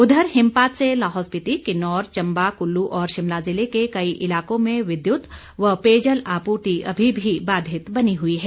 उधर हिमपात से लाहौल स्पीति किन्नौर चंबा कुल्लू और शिमला जिले के कई इलाकों में विद्युत व पेयजल आपूर्ति अभी भी बाधित बनी हुई है